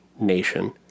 nation